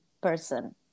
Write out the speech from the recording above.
person